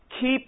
keep